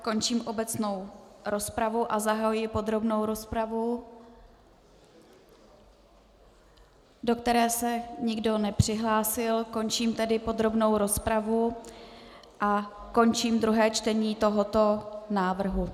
Končím obecnou rozpravu a zahajuji podrobnou rozpravu, do které se nikdo nepřihlásil, končím tedy podrobnou rozpravu a končím druhé čtení tohoto návrhu.